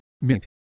mint